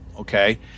okay